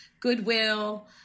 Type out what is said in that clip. Goodwill